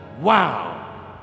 Wow